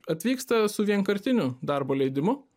atvyksta su vienkartiniu darbo leidimu